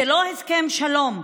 זה לא הסכם שלום,